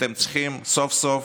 אתם צריכים סוף סוף,